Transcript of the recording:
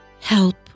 Help